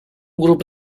grupo